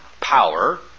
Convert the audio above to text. power